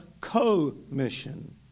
co-mission